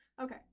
Okay